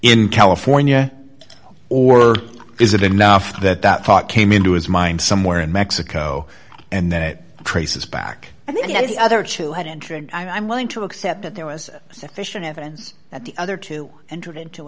in california or is it now that that thought came into his mind somewhere in mexico and then it traces back and the other two had entry and i'm willing to accept that there was sufficient evidence that the other two entered into